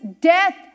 death